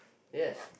yes